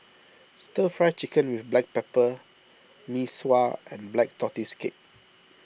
Stir Fry Chicken with Black Pepper Mee Sua and Black Tortoise Cake